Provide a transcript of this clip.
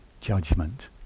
judgment